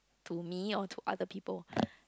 to me or to other people